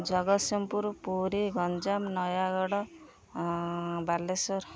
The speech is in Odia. ଜଗତସିଂହପୁର ପୁରୀ ଗଞ୍ଜାମ ନୟାଗଡ଼ ବାଲେଶ୍ୱର